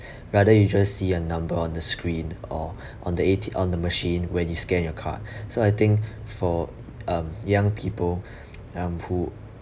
rather you just see a number on the screen or on the a t on the machine when you scan your card so I think for um young people um who